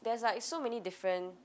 there's like so many different